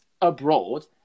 abroad